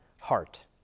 heart